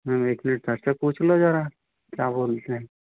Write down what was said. हाँ एक minute sir से पुछलो ज़रा क्या बोलते हैं